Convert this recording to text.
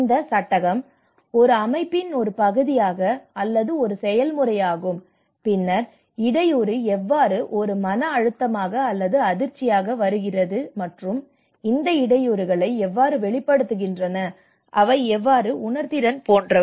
இந்த சட்டகம் ஒரு அமைப்பின் ஒரு பகுதியாக அல்லது ஒரு செயல்முறையாகும் பின்னர் இடையூறு எவ்வாறு ஒரு மன அழுத்தமாக அல்லது அதிர்ச்சியாக வருகிறது மற்றும் இந்த இடையூறுகளை எவ்வாறு வெளிப்படுத்துகின்றன அவை எவ்வாறு உணர்திறன் போன்றவை